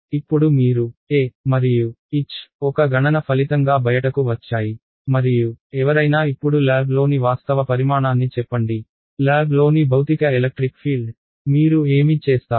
ఇప్పుడు మీరు E మరియు H ఒక గణన ఫలితంగా బయటకు వచ్చాయి మరియు ఎవరైనా ఇప్పుడు ల్యాబ్లోని వాస్తవ పరిమాణాన్ని చెప్పండి ల్యాబ్లోని భౌతిక ఎలక్ట్రిక్ ఫీల్డ్ మీరు ఏమి చేస్తారు